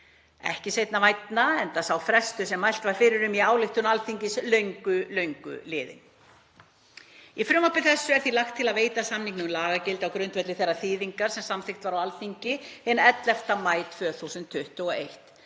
Ekki er seinna vænna enda sá frestur sem mælt var fyrir um í ályktun Alþingis löngu liðinn. — „Í frumvarpi þessu er því lagt til að veita samningnum lagagildi á grundvelli þeirrar þýðingar sem samþykkt var á Alþingi hinn 11. maí 2021.